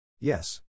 Yes